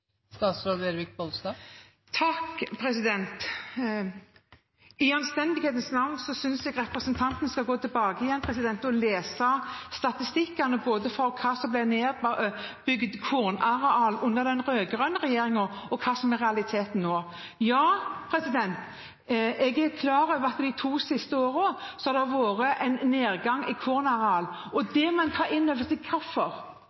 I anstendighetens navn synes jeg representanten skal gå tilbake igjen og lese statistikken over hva som ble nedbygd av kornareal under den rød-grønne regjeringen, og hva som er realiteten nå. Ja, jeg er klar over at det de to siste årene har vært en nedgang i kornareal, og en må ta inn over seg hvorfor.